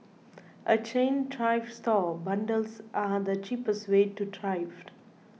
a chain thrift store bundles are the cheapest way to thrift